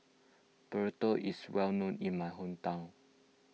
Burrito is well known in my hometown